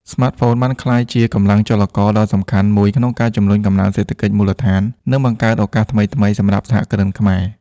ស្មាតហ្វូនបានក្លាយជាកម្លាំងចលករដ៏សំខាន់មួយក្នុងការជំរុញកំណើនសេដ្ឋកិច្ចមូលដ្ឋាន និងបង្កើតឱកាសថ្មីៗសម្រាប់សហគ្រិនខ្មែរ។